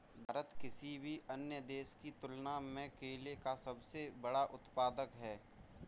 भारत किसी भी अन्य देश की तुलना में केले का सबसे बड़ा उत्पादक है